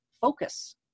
focus